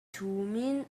thummim